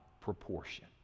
proportion